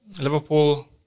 Liverpool